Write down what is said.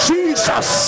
Jesus